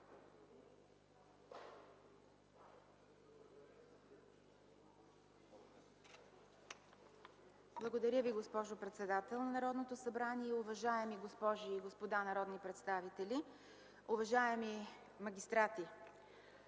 Благодаря Ви, госпожо председател на Народното събрание. Уважаеми госпожи и господа народни представители, уважаеми магистрати!